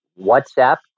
WhatsApp